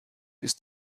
ist